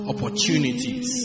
Opportunities